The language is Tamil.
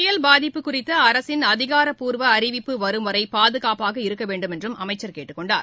புயல் பாதிப்பு குறித்த அரசின் அதிகாரப்பூர்வு அறிவிப்பு வரும்வரை பாதுகாப்பாக இருக்க வேண்டும் என்றும் அமைச்சர் கேட்டுக் கொண்டார்